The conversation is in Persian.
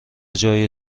جای